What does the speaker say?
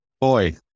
boy